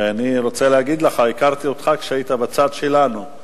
אני רוצה להגיד לך שהכרתי אותך כשהיית בצד שלנו,